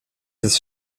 ist